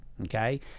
okay